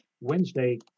Wednesday